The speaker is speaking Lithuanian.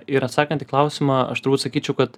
ir atsakant į klausimą aš turbūt sakyčiau kad